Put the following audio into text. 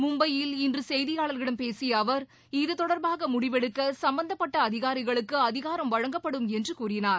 மும்பையில் இன்று செய்தியாளர்களிடம் பேசிய அவர் இதுதொடர்பாக முடிவெடுக்க சும்பந்தப்பட்ட அதிகாரிகளுக்கு அதிகாரம் வழங்கப்படும் என்று கூறினார்